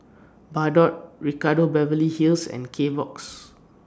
Bardot Ricardo Beverly Hills and Kbox